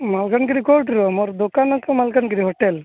ମାଲକାନଗିରି କୋଉଠିର ମୋର ଦୋକନ ଅଛି ମାଲକାନଗିରି ହୋଟେଲ୍